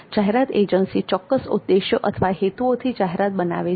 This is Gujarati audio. જાહેરાત એજન્સી ચોક્કસ ઉદ્દેશ્યો અથવા હેતુઓથી જાહેરાત બનાવે છે